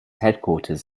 headquarters